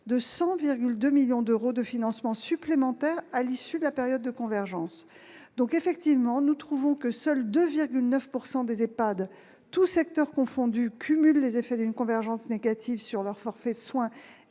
de 100,2 millions d'euros de financements supplémentaires à l'issue de la période de convergence. Selon nos chiffres, seuls 2,9 % des EHPAD, tous secteurs confondus, cumulent les effets d'une convergence négative sur leur forfait soins